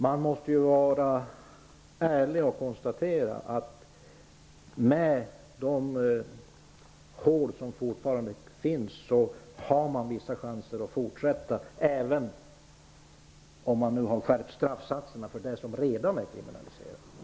Man måste vara ärlig och konstatera att med de kryphål som fortfarande finns har en barnpornografibrottsling vissa chanser att fortsätta med sin verksamhet, även om straffsatserna har skärpts för de handlingar som redan är kriminaliserade.